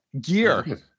gear